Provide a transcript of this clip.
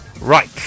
Right